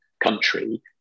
country